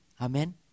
Amen